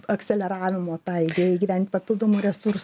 akseleravimo tą idėją gyvent papildomų resursų